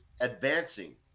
advancing